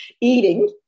eating